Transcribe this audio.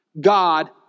God